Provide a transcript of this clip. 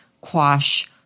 quash